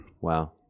Wow